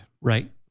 right